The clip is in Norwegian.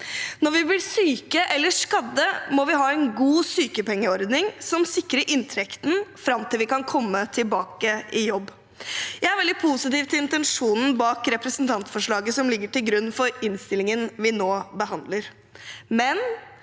Når vi blir syke eller skadde, må vi ha en god sykepengeordning som sikrer inntekten fram til vi kan komme tilbake i jobb. Jeg er veldig positiv til intensjonen bak representantforslaget som ligger til grunn for innstillingen vi nå behandler,